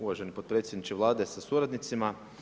Uvaženi potpredsjedniče Vlade sa suradnicima.